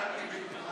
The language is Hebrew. הקיבוצניקים,